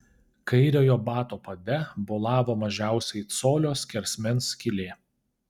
kairiojo bato pade bolavo mažiausiai colio skersmens skylė